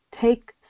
take